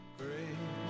great